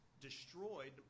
destroyed